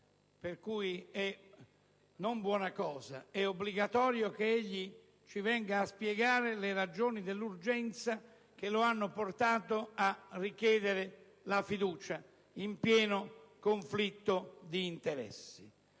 Quindi, è non buona cosa, ma obbligatorio che il Presidente del Consiglio venga a spiegarci le ragioni dell'urgenza che lo hanno portato a richiedere la fiducia in pieno conflitto di interessi.